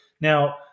Now